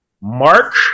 Mark